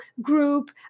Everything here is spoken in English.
group